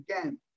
again